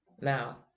Now